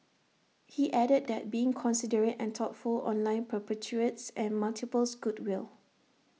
he added that being considerate and thoughtful online perpetuates and multiples goodwill